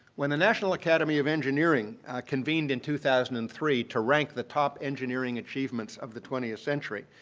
when the national academy of engineering convened in two thousand and three to rank the top engineering achievements of the twentieth century,